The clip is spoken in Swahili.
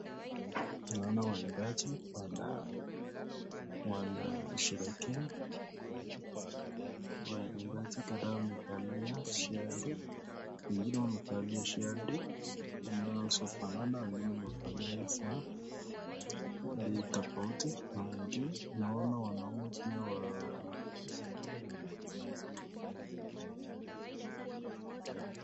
Naona waimbaji wana wana sherehekea waimbaji kadhaa wamevalia shati wengine wamevalia shati zinazofanana. Wengine wamevalia za bei tofauti na wengine naona pia wanaume waa...